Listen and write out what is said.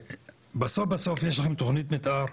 בסוף בסוף יש לכם תכנית מתאר,